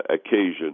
occasion